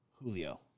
Julio